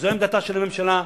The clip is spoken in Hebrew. זו עמדתה של הממשלה,